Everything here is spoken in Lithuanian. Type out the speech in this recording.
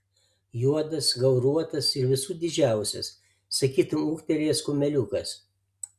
juodas gauruotas ir visų didžiausias sakytumei ūgtelėjęs kumeliukas